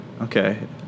Okay